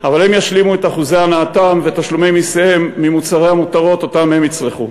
אבל הם ישלימו את אחוזי הנאתם ותשלומי מסיהם ממוצרי המותרות שהם יצרכו.